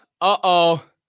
Uh-oh